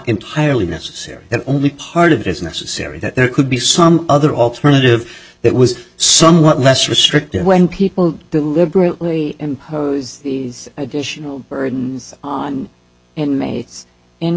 entirely necessary that only part of it is necessary that there could be some other alternative that was somewhat less restrictive when people deliberately impose these additional burdens on an mates in